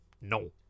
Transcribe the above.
no